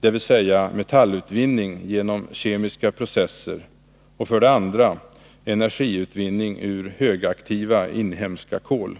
dvs. metallutvinning genom kemiska processer, och för det andra energiutvinning ur högaktiva, inhemska kol.